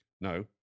No